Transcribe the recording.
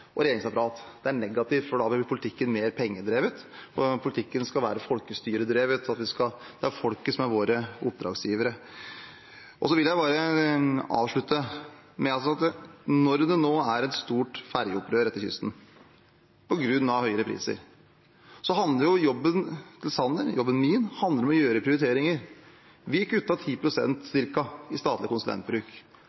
Det er negativt fordi politikken da blir mer pengedrevet. Politikken skal være folkestyredrevet; det er folket som er våre oppdragsgivere. Når det nå er et stort ferjeopprør langs kysten på grunn av høyere priser, handler statsråd Sanners jobb og min jobb om å gjøre prioriteringer. Vi